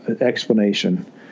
explanation